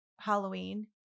Halloween